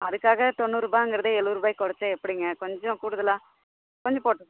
அதுக்காக தொண்ணூறுரூபாங்கிறதே எழுவதுருபாய்க்கு கொறைச்சா எப்படிங்க கொஞ்சம் கூடுதலாக கொஞ்சம் போட்டு